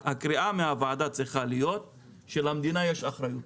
הקריאה מהוועדה צריכה להיות שלמדינה יש אחריות,